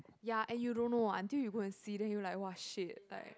ya and you don't know until you go and see then you will like !wah! !shit! like